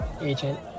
agent